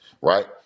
right